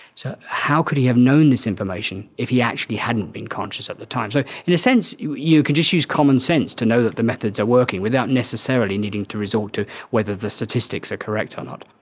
so how could he have known this information if he actually hadn't been conscious at the time. so in a sense you you can just use common sense to know that the methods are working without necessarily needing to resort to whether the statistics are correct or ah not.